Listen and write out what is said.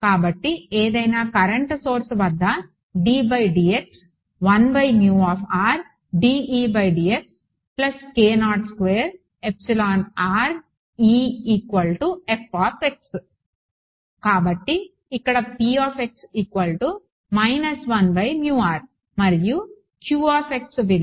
కాబట్టి ఏదైనా current source వద్ద ddx k02 rE f కాబట్టి ఇక్కడ p 1r మరియు విలువ